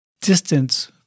distance